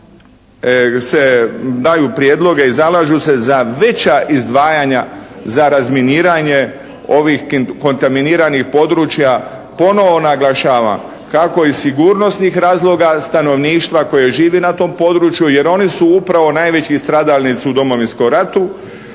daju prijedloge i zalažu se za veća izdvajanja za razminiranje ovih kontaminiranih područja, ponovno naglašavam kako iz sigurnosnih razloga stanovništva koje živi na tom području jer oni su upravo najveći stradalnici u Domovinskom ratu,